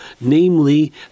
namely